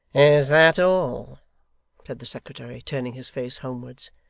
is that all said the secretary, turning his face homewards.